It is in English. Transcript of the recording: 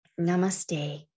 Namaste